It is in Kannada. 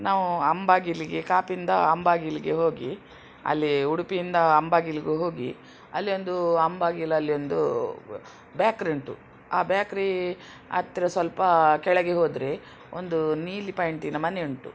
ನಾವು ಅಂಬಾಗಿಲಿಗೆ ಕಾಪುಯಿಂದ ಅಂಬಾಗಿಲಿಗೆ ಹೋಗಿ ಅಲ್ಲಿ ಉಡುಪಿಯಿಂದ ಅಂಬಾಗಿಲಿಗೆ ಹೋಗಿ ಅಲ್ಲಿ ಒಂದು ಅಂಬಾಗಿಲಲ್ಲಿ ಒಂದು ಬ್ಯಾಕ್ರಿ ಉಂಟು ಆ ಬ್ಯಾಕ್ರೀ ಹತ್ರ ಸ್ವಲ್ಪ ಕೆಳಗೆ ಹೋದರೆ ಒಂದು ನೀಲಿ ಪೈಂಟಿನ ಮನೆ ಉಂಟು